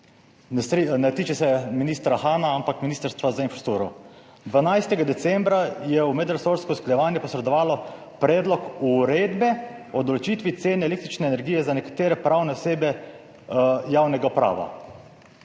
Ne tiče se ministra Hana, ampak Ministrstva za infrastrukturo. 12. decembra je v medresorsko usklajevanje posredovalo Predlog uredbe o določitvi cen električne energije za nekatere pravne osebe javnega prava.